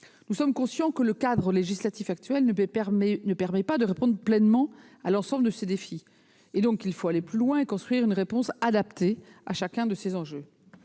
Nous sommes conscients que le cadre législatif actuel ne permet pas de répondre pleinement à l'ensemble de ces défis. Il faut donc aller plus loin et construire une réponse adaptée à chacun de ces enjeux.